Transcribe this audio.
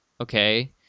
okay